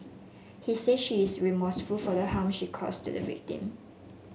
he say she is remorseful for the harm she caused to the victim